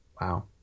Wow